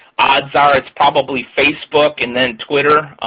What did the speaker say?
odds are it's probably facebook and then twitter,